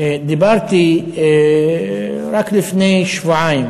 דיברתי רק לפני שבועיים